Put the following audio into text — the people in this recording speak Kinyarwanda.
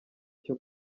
cyo